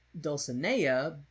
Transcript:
dulcinea